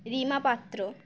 Rima Patra